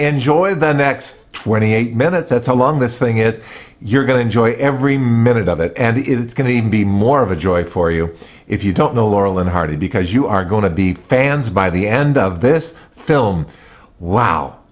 enjoy the next twenty eight minutes that's how long this thing it you're going to enjoy every minute of it and it's going to be more of a joy for you if you don't know laurel and hardy because you are going to be fans by the end of this film wow